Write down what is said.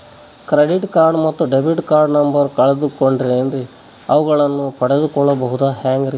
Credit card ಮತ್ತು debit card number ಕಳೆದುಕೊಂಡಿನ್ರಿ ಅವುಗಳನ್ನ ಪಡೆದು ಕೊಳ್ಳೋದು ಹೇಗ್ರಿ?